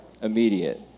immediate